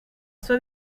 sua